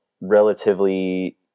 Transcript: relatively